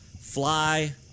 Fly